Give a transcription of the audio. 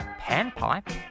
Panpipe